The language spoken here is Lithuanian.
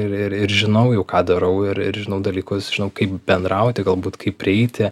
ir ir ir žinau jau ką darau ir ir žinau dalykus žinau kaip bendrauti galbūt kaip prieiti